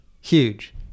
Huge